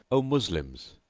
o moslems,